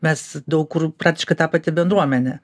mes daug kur praktiškai ta pati bendruomenė